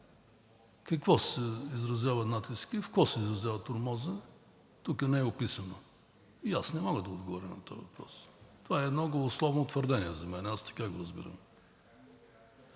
какво се изразява натискът и в какво се изразява тормозът, тук не е описано и аз не мога да отговоря на този въпрос. Това е много условно твърдение за мен, аз така го разбирам.